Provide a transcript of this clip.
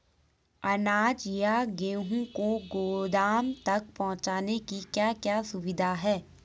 अनाज या गेहूँ को गोदाम तक पहुंचाने की क्या क्या सुविधा है?